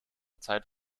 zeit